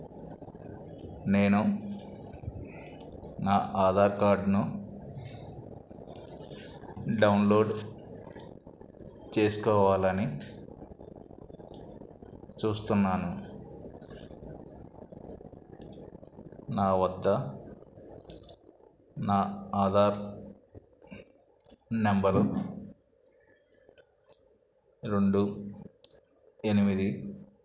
నేను నా ఆధార్ కార్డ్ను డౌన్లోడ్ చేసుకోవాలని చూస్తున్నాను నా వద్ద నా ఆధార్ నెంబరు రెండు ఎనిమిది